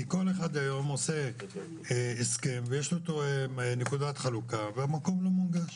כי כל אחד היום עושה הסכם ויש לו נקודת חלוקה והמקום לא מונגש.